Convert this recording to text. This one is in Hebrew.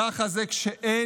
ככה זה כשאין